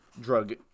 drug